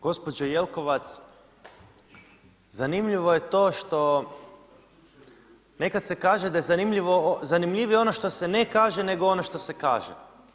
Gospođo Jelkovac, zanimljivo je to što nekad se kaže da je zanimljivije ono što se ne kaže nego ono što se kaže.